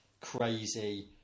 crazy